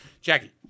Jackie